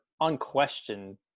unquestioned